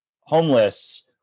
homeless